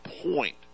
point